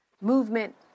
movement